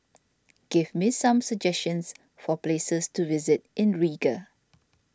give me some suggestions for places to visit in Riga